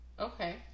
Okay